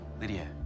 Lydia